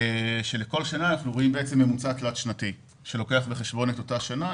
ולכל שנה רואים ממוצע תלת-שנתי שלוקח בחשבון את אותה שנה,